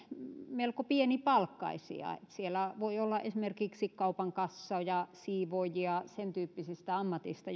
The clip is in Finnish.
melko pienipalkkaisia siellä voi olla esimerkiksi kaupankassoja siivoojia sen tyyppisistä ammateista